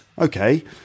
Okay